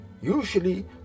usually